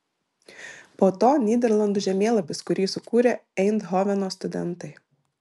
po to nyderlandų žemėlapis kurį sukūrė eindhoveno studentai